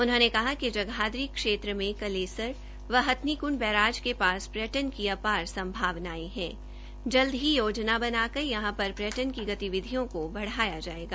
उन्होंने कहा कि हमारे जगाधरी क्षेत्र में कलेसर व हथनीकंड बैराज के पास पर्यटन की अपार संभावनाएं हैं जल्द ही योजना बनाकर यहां पर पर्यटन की गतिविधियों को बढ़ाया जाएगा